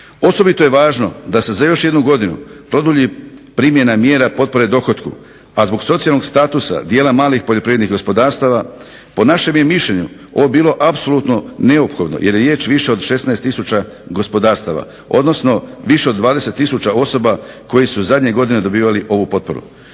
Osobito je važno da se za još jednu godinu produlji primjena mjera potpore dohotku, a zbog socijalnog statusa djela malih poljoprivrednih gospodarstva, po našem bi mišljenju ovo bilo apsolutno neophodno jer je riječ više od 16 tisuća gospodarstava, odnosno više od 20 tisuća osoba koji su zadnjih godina dobivali ovu potporu.